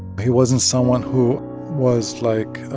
he wasn't someone who was, like,